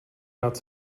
rád